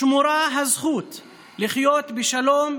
שמורה הזכות לחיות בשלום,